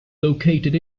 located